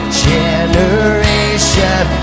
generation